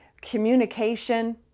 communication